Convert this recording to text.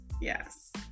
yes